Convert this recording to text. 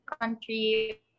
country